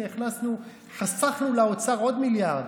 הינה הכנסנו וחסכנו לאוצר עוד מיליארד,